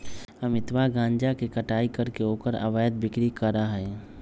अमितवा गांजा के कटाई करके ओकर अवैध बिक्री करा हई